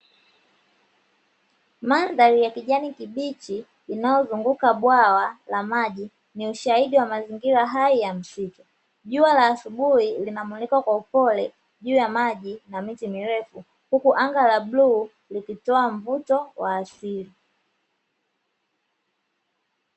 Mandhari ya kijani kibichi inayozunguka bwawa la maji ni ushahidi mazingira hai ya msitu, jua la asubuhi linamulika kwa upole juu ya maji na miti mirefu huku anga la buluu likitoa mvuto wa asili.